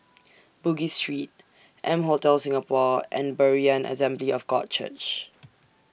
Bugis Street M Hotel Singapore and Berean Assembly of God Church